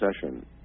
session